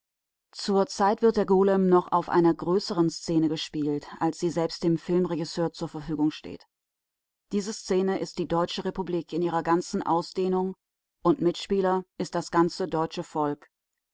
vertraut zurzeit wird der golem noch auf einer größeren szene gespielt als sie selbst dem filmregisseur zur verfügung steht diese szene ist die deutsche republik in ihrer ganzen ausdehnung und mitspieler ist das ganze deutsche volk